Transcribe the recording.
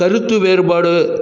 கருத்து வேறுபாடு